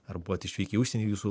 ar buvot išvykę į užsienį jūsų